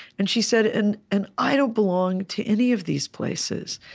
and she said, and and i don't belong to any of these places,